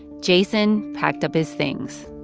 jason packed up his things